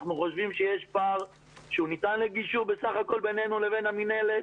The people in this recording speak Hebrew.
אנחנו חושבים שיש פער שניתן לגישור בינינו לבין המנהלת.